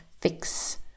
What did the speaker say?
Fix